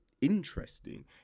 interesting